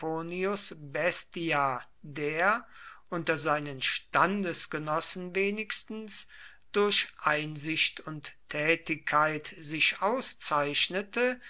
unter seinen standesgenossen wenigstens durch einsicht und tätigkeit sich auszeichnete